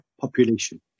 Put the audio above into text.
population